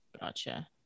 Gotcha